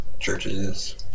churches